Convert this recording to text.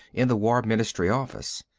in the war ministry office.